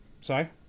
Sorry